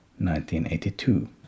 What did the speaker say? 1982